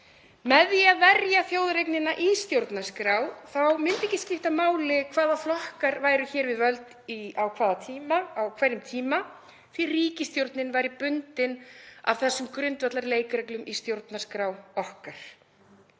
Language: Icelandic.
Með því að verja þjóðareign í stjórnarskrá myndi ekki skipta máli hvaða flokkar væru við völd á hverjum tíma því ríkisstjórnin væri bundin af þessum grundvallarleikreglum í stjórnarskrá okkar.